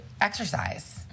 exercise